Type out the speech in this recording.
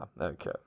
okay